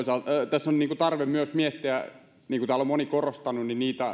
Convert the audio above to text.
tässä on toisaalta tarve myös miettiä niin kuin täällä on moni korostanut niitä